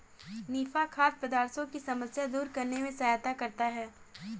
निफा खाद्य पदार्थों की समस्या दूर करने में सहायता करता है